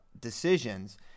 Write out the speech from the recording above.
decisions